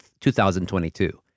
2022